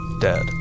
dead